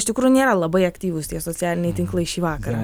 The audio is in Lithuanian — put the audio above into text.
iš tikrųjų nėra labai aktyvūs tie socialiniai tinklai šį vakarą